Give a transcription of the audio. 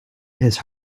his